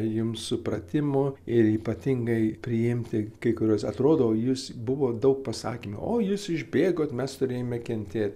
jums supratimo ir ypatingai priimti kai kuriuos atrodo jūs buvo daug pasakymų o jūs išbėgot mes turėjome kentėt